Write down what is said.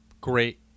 great